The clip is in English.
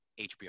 HBO